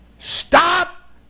stop